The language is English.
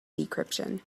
decryption